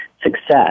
success